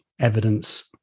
evidence